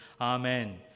Amen